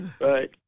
Right